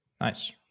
Nice